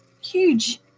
huge